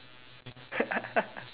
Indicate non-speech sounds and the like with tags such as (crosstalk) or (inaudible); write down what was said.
(laughs)